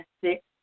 six